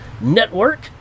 Network